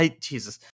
jesus